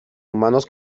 humanos